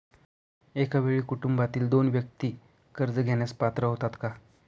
एका वेळी कुटुंबातील दोन व्यक्ती कर्ज घेण्यास पात्र होतात का?